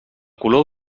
color